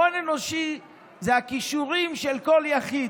הון אנושי זה הכישורים של כל יחיד.